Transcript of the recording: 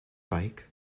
bike